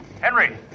Henry